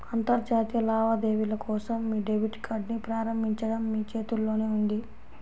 అంతర్జాతీయ లావాదేవీల కోసం మీ డెబిట్ కార్డ్ని ప్రారంభించడం మీ చేతుల్లోనే ఉంది